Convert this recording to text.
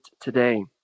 today